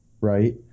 Right